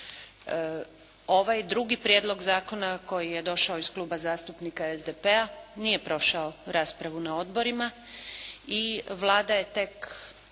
Ovaj drugi prijedlog zakona koji je došao iz Kluba zastupnika SDP-a nije prošao raspravu na odborima i Vlada je tek